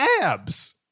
abs